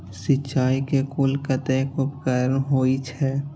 सिंचाई के कुल कतेक उपकरण होई छै?